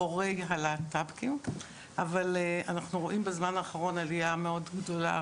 להורי הלהט"בים, בזמן האחרון עליה מאוד גדולה